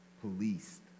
Policed